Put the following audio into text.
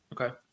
okay